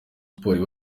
sports